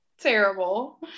terrible